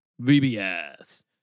VBS